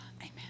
Amen